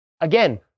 Again